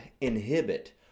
inhibit